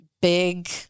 big